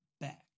back